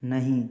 नहीं